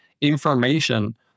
information